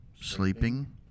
sleeping